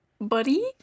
buddy